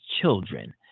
children